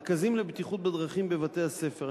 1. רכזים לבטיחות בדרכים בבתי-הספר,